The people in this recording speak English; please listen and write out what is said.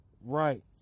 Right